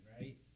right